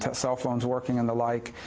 cell phones working and the like,